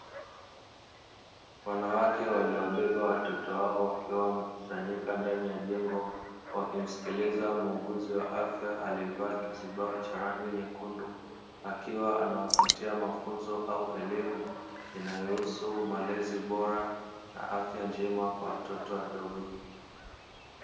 Wanawake waliobeba watoto wao wakiwa wamekusanyika ndani ya jengo wakimsikiliza muuguzi wa afya aliyevaa kizibao cha rangi nyekundu, akiwa anawapatia mafunzo au elimu inayohusu malezi bora na afya njema kwa watoto wadogo.